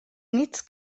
nits